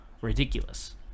ridiculous